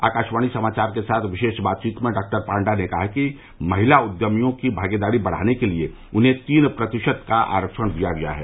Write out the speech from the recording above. आकाशवाणी समाचार के साथ विशेष बातचीत में डॉक्टर पांडा ने कहा कि महिला उद्यमियों की भागीदारी बढ़ाने के लिए उन्हें तीन प्रतिशत का आरक्षण दिया गया है